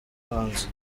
hanze